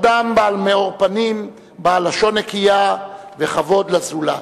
אדם בעל מאור פנים, בעל לשון נקייה וכבוד לזולת.